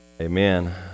Amen